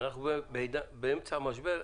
אנחנו באמצע משבר,